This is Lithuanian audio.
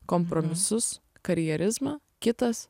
kompromisus karjerizmą kitas